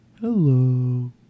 Hello